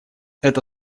эта